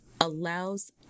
allows